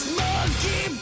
monkey